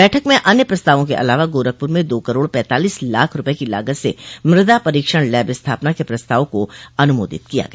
बैठक में अन्य प्रस्तावों के अलावा गोरखप्र में दो करोड़ पैंतालीस लाख रूपये की लागत से मृदा परीक्षण लैब स्थापना के प्रस्ताव को अनुमोदित किया गया